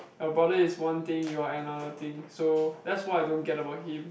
your brother is one thing you're another thing so that's what I don't get about him